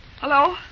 Hello